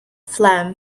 phlegm